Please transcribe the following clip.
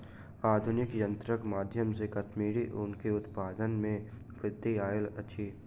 आधुनिक यंत्रक माध्यम से कश्मीरी ऊन के उत्पादन में वृद्धि आयल अछि